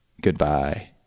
Goodbye